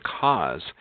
cause